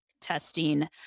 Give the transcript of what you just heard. testing